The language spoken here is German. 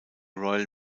royal